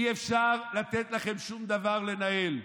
אי-אפשר לתת לכם שום דבר לנהל.